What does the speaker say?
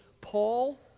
Paul